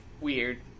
weird